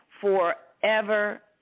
forever